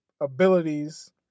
abilities